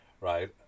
right